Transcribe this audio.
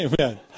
Amen